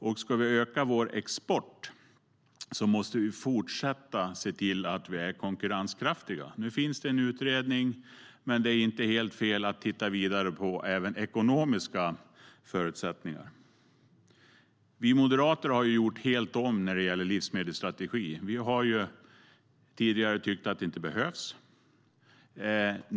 Om vi ska öka vår export måste vi fortsätta att se till att Sverige är konkurrenskraftigt. Nu finns det en utredning, men det är inte helt fel att titta vidare på även ekonomiska förutsättningar. Vi moderater har gjort helt om när det gäller livsmedelsstrategi. Vi har tidigare tyckt att en sådan inte behövs.